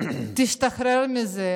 תשתחרר מזה.